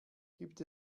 gibt